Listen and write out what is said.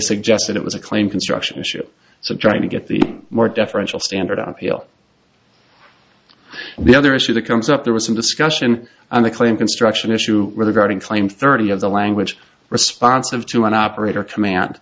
suggested it was a claim construction issue so trying to get the more deferential standard on the other issue that comes up there was some discussion on the claim construction issue regarding claim thirty of the language responsive to an operator command